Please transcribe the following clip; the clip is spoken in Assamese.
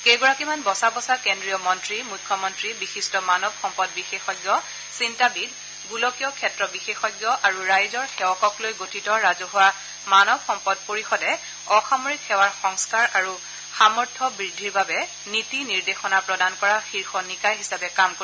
কেইগৰাকীমান বচা বচা কেন্দ্ৰীয় মন্ত্ৰী মুখ্যমন্ত্ৰী বিশিষ্ট মানৱ সম্পদ বিশেষজ্ঞ চিন্তাবিদ গোলকীয় ক্ষেত্ৰ বিশেষজ্ঞ আৰু ৰাইজৰ সেৱকক লৈ গঠিত ৰাজহুৱা মানৱ সম্পদ পৰিষদে অসামৰিক সেৱাৰ সংস্থাৰ আৰু সামৰ্থ বৃদ্ধিৰ বাবে নীতি নিৰ্দেশনা প্ৰদান কৰা শীৰ্ষ নিকায় হিচাপে কাম কৰিব